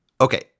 Okay